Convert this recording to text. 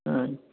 অ্যাঁ